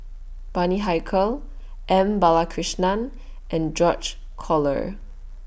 Bani Haykal M Balakrishnan and George Collyer